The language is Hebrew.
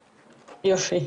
שלום,